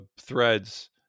threads